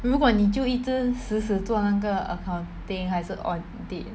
如果你就一直死死做那个 accounting 还是 audit